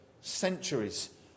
centuries